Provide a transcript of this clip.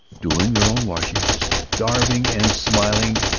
doing their own washing, starving and smiling,